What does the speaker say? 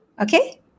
Okay